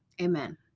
Amen